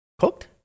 Cooked